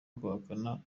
guhakana